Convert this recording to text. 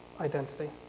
identity